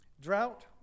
drought